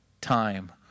Time